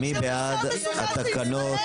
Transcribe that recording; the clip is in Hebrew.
מי בעד התקנות?